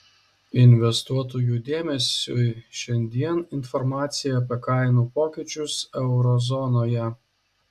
investuotojų dėmesiui šiandien informacija apie kainų pokyčius euro zonoje